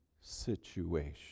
situation